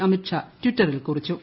അമിത് ഷാ ട്വിറ്ററിൽ കുറിച്ചു